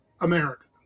America